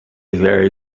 very